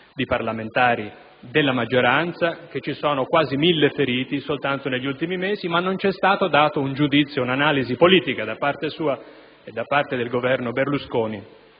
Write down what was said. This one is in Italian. di parlamentari della maggioranza, che ci sono quasi mille feriti soltanto negli ultimi mesi, ma non ci sono stati dati un giudizio o un'analisi politica da parte sua e da parte del Governo Berlusconi